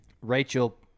Rachel